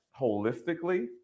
holistically